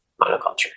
monoculture